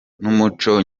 n’umuco